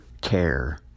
care